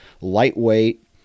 lightweight